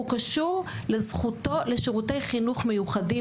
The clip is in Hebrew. הוא קשור לזכותו לשירותי חינוך מיוחדים